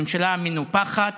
הממשלה המנופחת,